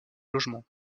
logement